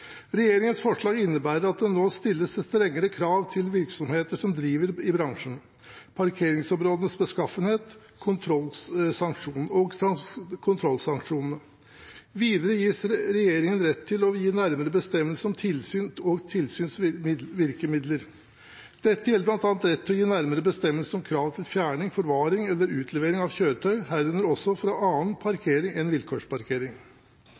Regjeringens forslag innebærer at det nå stilles strengere krav til virksomheter som driver i bransjen, parkeringsområdenes beskaffenhet og kontrollsanksjonene. Videre gis regjeringen rett til å gi nærmere bestemmelser om tilsyn og tilsynsvirkemidler. Dette gjelder bl.a. rett til å gi nærmere bestemmelser om krav til fjerning, forvaring og utlevering av kjøretøy, herunder også fra annen parkering enn vilkårsparkering.